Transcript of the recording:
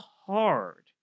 hard